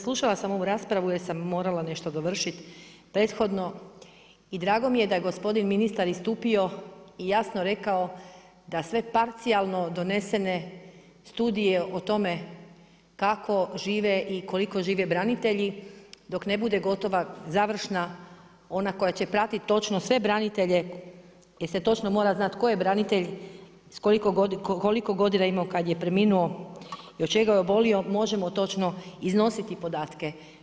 Slušala sam ovu raspravu jer sam morala nešto dovršiti prethodno i drago mi je da je gospodin ministar istupio i jasno rekao, da sve parcijalno donesene studije o tome kako žive i koliko žive branitelji dok ne bude gotova završna ona koja će pratiti točno sve branitelje jer se točno mora znati tko je branitelj, koliko je imao kad je preminuo i od čega je obolio, možemo točno iznositi podatke.